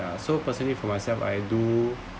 ya so personally for myself I do